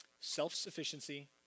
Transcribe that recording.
Self-sufficiency